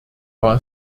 war